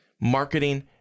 marketing